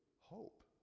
hope